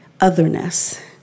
otherness